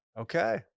Okay